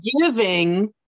giving